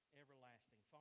everlasting